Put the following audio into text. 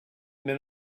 men